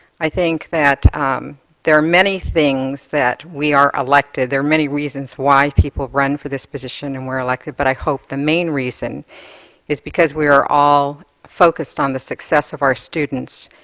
i think there are many things that we are elected, there are many reasons why people run for this position and were elected but i hope the main reason is because we are all focused on the success of our students,